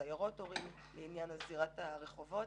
אנחנו יודעים שיש סיירות הורים לעניין זירת הרחובות,